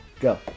go